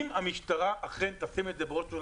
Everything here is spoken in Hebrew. אם המשטרה אכן תשים את זה בראש סולם